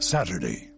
Saturday